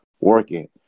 working